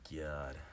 God